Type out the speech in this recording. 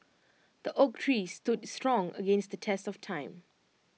the oak tree stood strong against the test of time